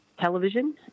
television